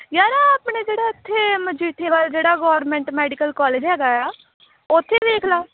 ਯਾਰ ਆਪਣੇ ਜਿਹੜਾ ਇੱਥੇ ਮਜੀਠੀਵਾਲ ਜਿਹੜਾ ਗੌਰਮੈਂਟ ਮੈਡੀਕਲ ਕੋਲਜ ਹੈਗਾ ਆ ਉੱਥੇ ਵੇਖ ਲਾ